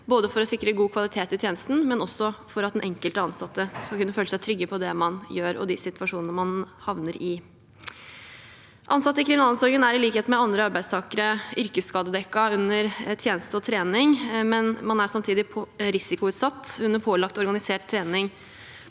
både for å sikre god kvalitet i tjenesten og for at den enkelte ansatte skal kunne føle seg trygg på det man gjør, og de situasjonene man havner i. Ansatte i kriminalomsorgen er i likhet med andre arbeidstakere yrkesskadedekket under tjeneste og trening, men man er samtidig risikoutsatt under pålagt organisert trening